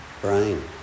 brain